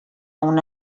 una